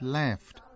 left